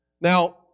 Now